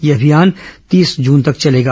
यह अभियान तीस जून तक चलेगा